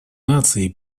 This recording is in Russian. наций